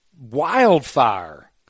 wildfire